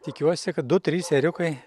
tikiuosi kad du trys ėriukai